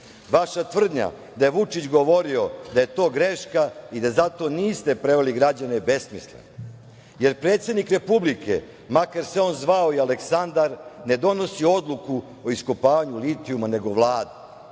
tvrdnja da je Vučić govorio da je to greška i da zato niste prevarili građane je besmislena, jer predsednik Republike, makar se on zvao i Aleksandar ne donosi odluku o iskopavanju litijuma, nego